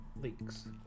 Leaks